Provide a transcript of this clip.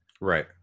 Right